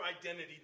identity